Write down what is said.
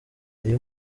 ibyo